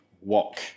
walk